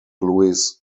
louis